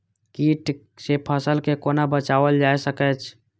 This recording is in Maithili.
कीट से फसल के कोना बचावल जाय सकैछ?